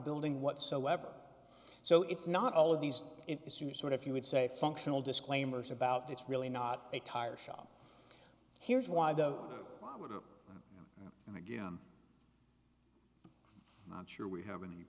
building whatsoever so it's not all of these issues sort if you would say functional disclaimers about it's really not a tire shop here's why though and again i'm not sure we have any